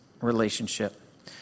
relationship